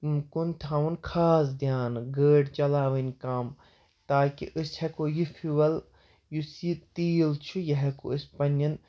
کُن تھاوُن خاص دیان گٲڑۍ چلاوٕنۍ کَم تاکہِ أسۍ ہٮ۪کو یہِ فِوَل یُس یہِ تیٖل چھُ یہِ ہٮ۪کو أسۍ پَنٕنٮ۪ن